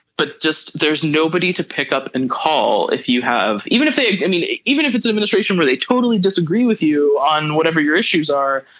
but just there's nobody to pick up and call if you have even if they need it even if it's administration where they totally disagree with you on whatever your issues are.